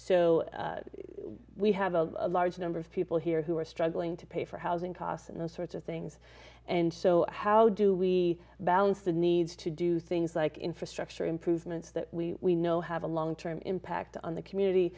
so we have a large number of people here who are struggling to pay for housing costs and the sorts of things and so how do we balance the needs to do things like infrastructure improvements that we we know have a long term impact on the community